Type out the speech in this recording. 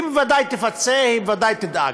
היא בוודאי תפצה, היא בוודאי תדאג.